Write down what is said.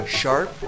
sharp